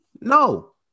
no